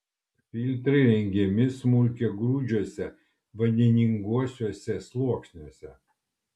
žvyro filtrai įrengiami smulkiagrūdžiuose vandeninguosiuose sluoksniuose